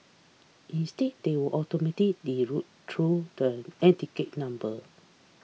instead they will automatically route through the number